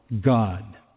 God